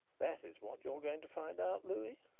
that is what you are going to find out, louis?